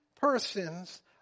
persons